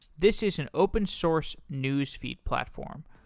this is an open source newsfeed platform.